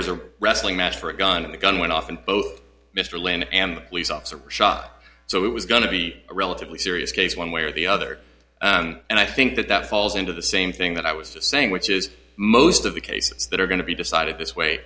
was a wrestling match for a gun and the gun went off and both mr lynn am police officer shot so it was going to be a relatively serious case one way or the other and i think that that falls into the same thing that i was just saying which is most of the cases that are going to be decided this way